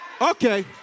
okay